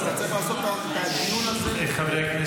צריך לעשות את הדיון הזה מעמיק,